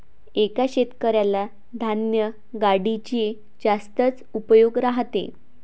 एका शेतकऱ्याला धान्य गाडीचे जास्तच उपयोग राहते